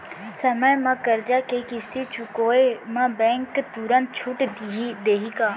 समय म करजा के किस्ती चुकोय म बैंक तुरंत छूट देहि का?